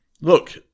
look